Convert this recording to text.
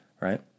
right